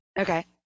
Okay